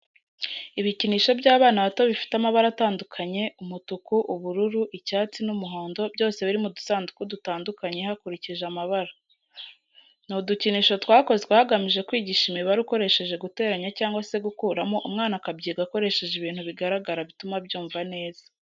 Ibikinisho by'abana bato bifite amabara atandukanye umutuku, ubururu, icyatsi n'umuhondo byose biri mu dusanduku dutandukanye hakurikije amabara. Ni udukinisho twakozwe hagamijwe kwigisha imibare ukoresheje guteranya cyangwa se gukuramo umwana akabyiga akoresheje ibintu bigaragara bituma abyumva neza.